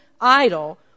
idol